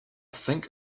think